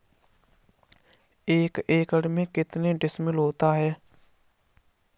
एक एकड़ में कितने डिसमिल होता है?